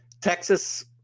texas